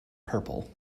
purple